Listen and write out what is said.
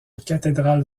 cathédrale